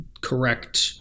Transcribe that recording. correct